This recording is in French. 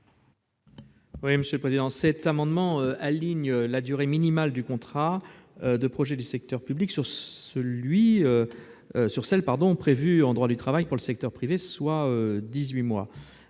à M. Didier Marie. Cet amendement tend à aligner la durée minimale du contrat de projet du secteur public sur celle prévue en droit du travail pour le secteur privé, soit dix-huit